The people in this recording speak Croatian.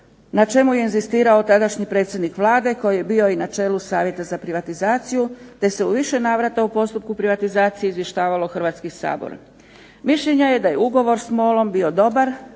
na čemu je inzistirao tadašnji predsjednik Vlade koji je bio i na čelu savjeta za privatizaciju te se u više navrata u postupku privatizacije izvještavalo Hrvatski sabor. Mišljenja je da je ugovor s MOLom bio dobar